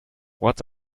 what